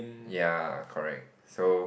ya correct so